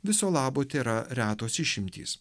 viso labo tėra retos išimtys